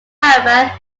however